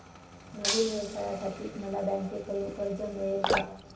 नवीन व्यवसायासाठी मला बँकेकडून कर्ज मिळेल का?